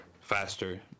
faster